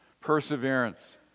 perseverance